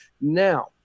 Now